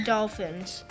Dolphins